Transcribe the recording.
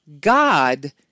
God